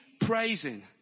praising